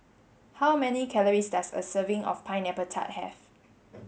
how many calories does a serving of pineapple tart have